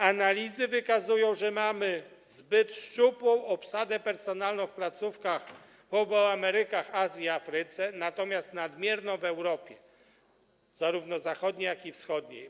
Analizy wykazują, że mamy zbyt szczupłą obsadę personalną w placówkach w obu Amerykach, Azji i Afryce, natomiast nadmierną w Europie, zarówno zachodniej jak i wschodniej.